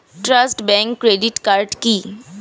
Trust bank credit card কি?